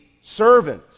servant